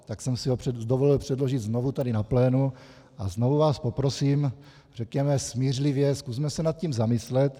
Tak jsem si ho dovolil předložit znovu tady na plénu a znovu vás poprosím, řekněme smířlivě, zkusme se nad tím zamyslet.